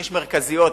יש מרכזיות,